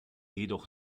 jedoch